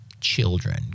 children